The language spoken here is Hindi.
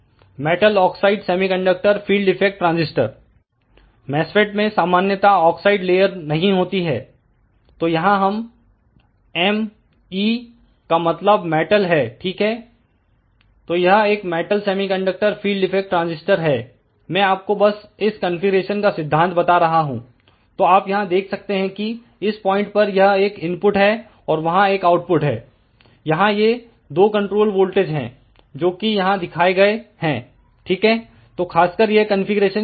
metal oxide semiconductor field effect transistor MOSFET में सामान्यता ऑक्साइड लेयर नहीं होती है तो यहां एम ईका मतलब मेटल है ठीक है तो यह एक metal semiconductor field effect transistor है मैं आपको बस इस कंफीग्रेशन का सिद्धांत बता रहा हूं तो आप यहां देख सकते हैं कि इस पॉइंट पर यह एक इनपुट है और वहां एक आउटपुट है यहां ये 2 कंट्रोल वोल्टेज हैं जोकि यहां दिखाए गए हैं ठीक है तो खासकर यह कॉन्फ़िगरेशन क्या है